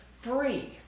free